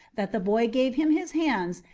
that the boy gave him his hands,